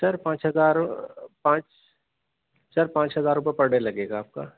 سر پانچ ہزار پانچ سر پانچ ہزار روپیے پر ڈے لگے گا آپ کا